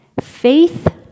Faith